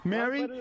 Mary